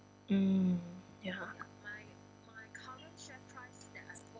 mm ya